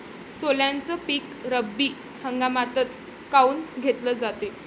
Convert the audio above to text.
सोल्याचं पीक रब्बी हंगामातच काऊन घेतलं जाते?